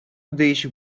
dish